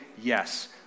yes